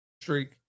streak